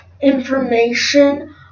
information